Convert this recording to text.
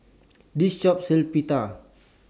This Shop sells Pita